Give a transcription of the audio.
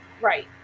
right